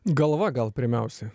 galva gal pirmiausiai